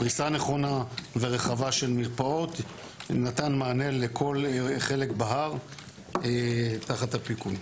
פריסה נכונה ורחבה של מרפאות נתנה מענה לכל חלק בהר תחת הפיקוד.